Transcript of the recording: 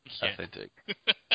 Authentic